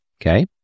okay